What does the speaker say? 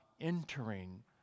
entering